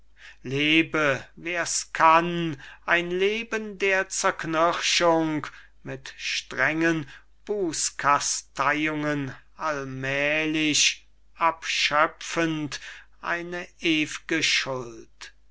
lebe wer's kann ein leben der zerknirschung mit strengen bußkasteiungen allmählich abschöpfend eine ew'ge